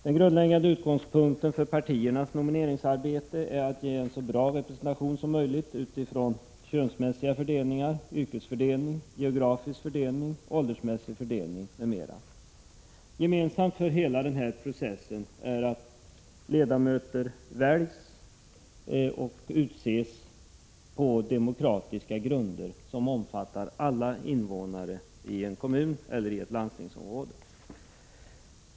Den grundläggande utgångspunkten för partiernas nomineringsarbete är att ge en så bra representation som möjligt utifrån könsfördelning, yrkesfördelning, geografisk fördelning, åldersfördelning, m.m. Gemensamt för hela denna process är att ledamöter väljs och utses på demokratiska grunder, som omfattar alla invånare i en kommun eller i ett landstingsområde.